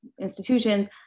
institutions